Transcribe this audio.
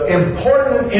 important